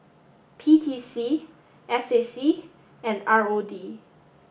P T C S A C and R O D